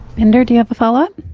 and do do you have a follow-up?